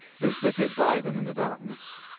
who flitted by them in the darkness.